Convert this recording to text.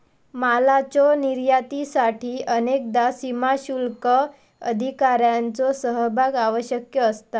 मालाच्यो निर्यातीसाठी अनेकदा सीमाशुल्क अधिकाऱ्यांचो सहभाग आवश्यक असता